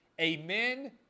Amen